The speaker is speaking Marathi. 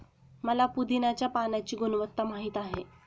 मला पुदीन्याच्या पाण्याची गुणवत्ता माहित आहे